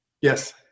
Yes